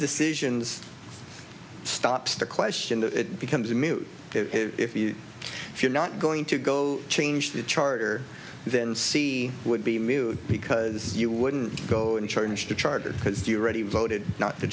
decisions stops the question becomes moot if you if you're not going to go change the charter then c would be moot because you wouldn't go and charge the charter because you already voted not to